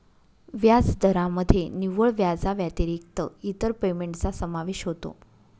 व्याजदरामध्ये निव्वळ व्याजाव्यतिरिक्त इतर पेमेंटचा समावेश होतो